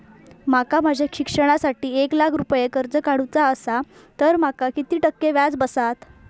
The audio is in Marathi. माका माझ्या शिक्षणासाठी एक लाख रुपये कर्ज काढू चा असा तर माका किती टक्के व्याज बसात?